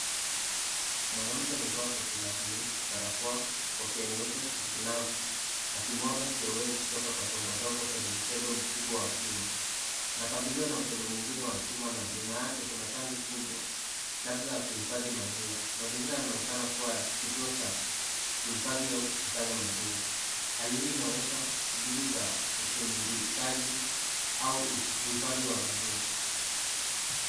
Mwanamke amevaa koti la blue , barakoa, kofia nyeupe na glavu akimwaga kioevu kutoka kwa chombo dogo kwenye mkebe mkubwa wa chuma. Anakabiliwa na mkebe mwingine wa chuma na nyuma yake kuna tanki kubwa, labda ya kuhifadhi maziwa. Mazingira yanaonekana kuwa ya kituo cha kuhifadhi au kukusanya maziwa. Hali hii inaonyesha shughuli za usindikaji au uhifadhi wa maziwa.